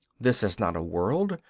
this is not a world,